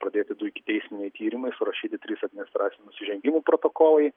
pradėti du ikiteisminiai tyrimai surašyti trys administracinių nusižengimų protokolai